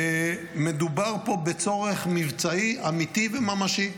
מדובר פה בצורך מבצעי אמיתי וממשי.